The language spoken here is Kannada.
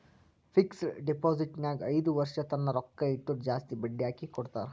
ಫಿಕ್ಸಡ್ ಡೆಪೋಸಿಟ್ ನಾಗ್ ಐಯ್ದ ವರ್ಷ ತನ್ನ ರೊಕ್ಕಾ ಇಟ್ಟುರ್ ಜಾಸ್ತಿ ಬಡ್ಡಿ ಹಾಕಿ ಕೊಡ್ತಾರ್